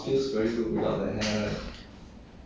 totally lor till